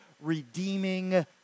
redeeming